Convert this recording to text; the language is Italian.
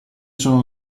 sono